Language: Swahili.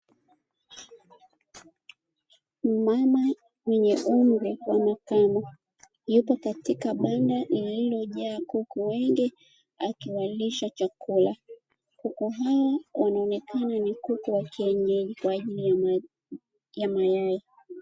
Mama mwenye umri wa makamo yupo katika banda lililo jaa kuku wengi akiwalisha chakula. Kuku hao wanaonekana ni kuku wa kienyeji kwa ajili ya mayai.